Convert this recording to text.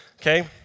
Okay